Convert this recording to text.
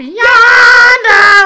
yonder